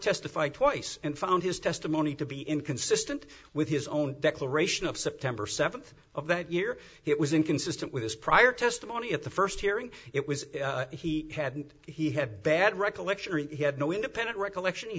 testified twice and found his testimony to be inconsistent with his own declaration of september seventh of that year it was inconsistent with his prior testimony at the first hearing it was he hadn't he had bad recollection he had no independent recollection he